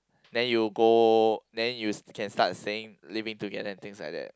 then you go then you can start saying living together and things like that